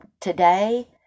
today